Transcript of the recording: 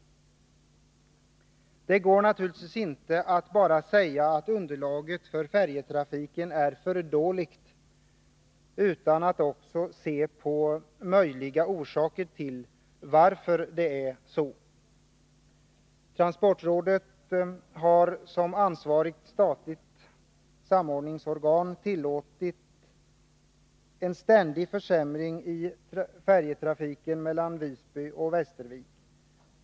Det går naturligtvis inte att bara säga att underlaget för färjetrafiken är för dåligt utan att samtidigt se på möjliga orsaker till att det är så. Transportrådet har som ansvarigt statligt samordningsorgan tillåtit ständiga försämringar i färjetrafiken mellan Visby och Västervik.